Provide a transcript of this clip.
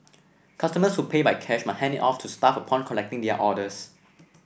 customers who pay by cash must hand it to staff upon collecting their orders